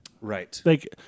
Right